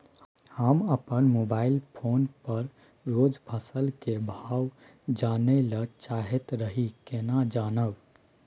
हम अपन mobile phone पर रोज फसल के भाव जानय ल चाहैत रही केना जानब?